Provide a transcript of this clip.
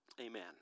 amen